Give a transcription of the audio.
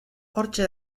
hortxe